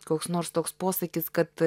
koks nors toks posakis kad